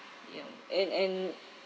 and and